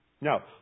Now